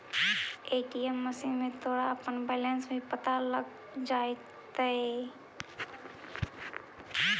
ATM machine में तोरा अपना बैलन्स भी पता लग जाटतइ